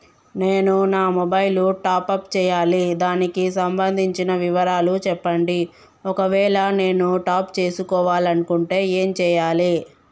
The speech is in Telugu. నేను నా మొబైలు టాప్ అప్ చేయాలి దానికి సంబంధించిన వివరాలు చెప్పండి ఒకవేళ నేను టాప్ చేసుకోవాలనుకుంటే ఏం చేయాలి?